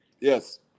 Yes